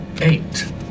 Eight